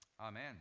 Amen